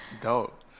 Dope